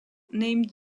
named